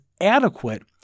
adequate